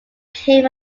came